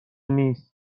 نیست